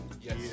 yes